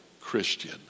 Christian